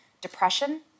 depression